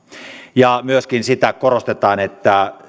ja myöskin sitä korostetaan että